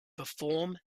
perform